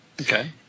Okay